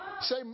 Say